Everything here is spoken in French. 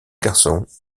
garçons